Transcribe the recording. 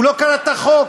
הוא לא קרא את החוק.